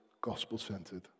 gospel-centered